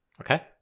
Okay